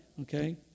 okay